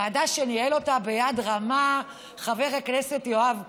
ועדה שניהל אותה ביד רמה חבר הכנסת יואב קיש.